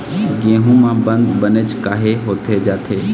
गेहूं म बंद बनेच काहे होथे जाथे?